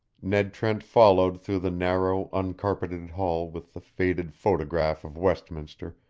ned trent followed through the narrow, uncarpeted hall with the faded photograph of westminster,